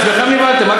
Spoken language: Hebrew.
מעצמכם נבהלתם?